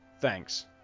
Thanks